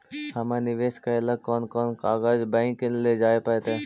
हमरा निवेश करे ल कोन कोन कागज बैक लेजाइ पड़तै?